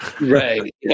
Right